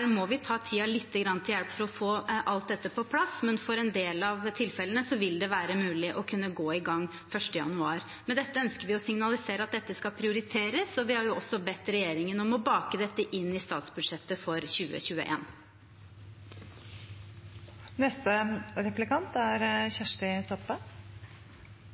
vi må ta tiden litt til hjelp for å få alt dette på plass, men for en del av tilfellene vil det være mulig å gå i gang 1. januar. Med dette ønsker vi å signalisere at dette skal prioriteres, og vi har også bedt regjeringen om å bake dette inn i statsbudsjettet for 2021. Arbeidarpartiet føreslår å tillata mitokondriedonasjon i Noreg. Dette er